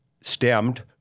stemmed